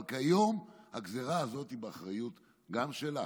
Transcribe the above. אבל כיום הגזרה הזאת היא גם באחריות שלך.